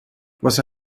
واسه